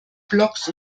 blogs